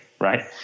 Right